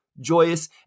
joyous